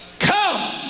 Come